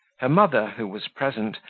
her mother, who was present,